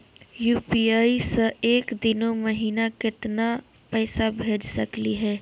UPI स एक दिनो महिना केतना पैसा भेज सकली हे?